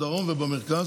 בדרום ובמרכז,